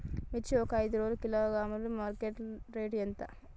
మిర్చి ఒక ఐదు కిలోగ్రాముల మార్కెట్ లో రేటు ఎంత?